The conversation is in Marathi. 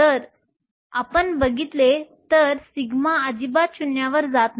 जर तुम्ही बघितले तर σ अजिबात शून्यावर जात नाही